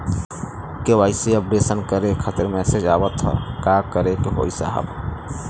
KYC updation करें खातिर message आवत ह का करे के होई साहब?